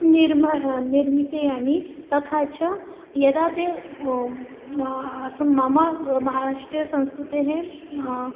निर्म निर्मयामि तथा च यदा ते अस्तु मम महाराष्ट्रियसंस्कृतेः